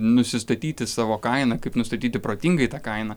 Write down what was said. nusistatyti savo kainą kaip nustatyti protingai tą kainą